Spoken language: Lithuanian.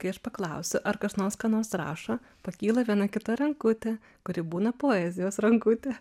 kai aš paklausiu ar kas nors ką nors rašo pakyla viena kita rankutė kuri būna poezijos rankutė